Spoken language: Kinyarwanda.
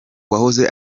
uwahoze